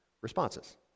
responses